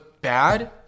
bad